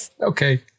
Okay